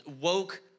woke